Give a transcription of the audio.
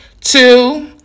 Two